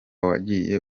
wagiye